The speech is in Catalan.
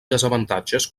desavantatges